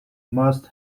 must